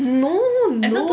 no no